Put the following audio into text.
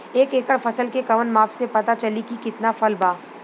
एक एकड़ फसल के कवन माप से पता चली की कितना फल बा?